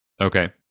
okay